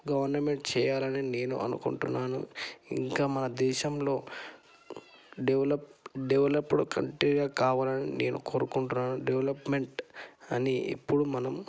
government చేయాలని నేను అనుకుంటున్నాను ఇంకా మన దేశంలో డెవలప్ డెవలప్డ్ కంట్రీగా కావాలని నేను కోరుకుంటున్నాను డెవలప్మెంట్ అని ఇప్పుడు మనం